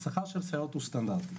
השכר של סייעות הוא סטנדרטי.